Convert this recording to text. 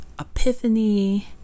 epiphany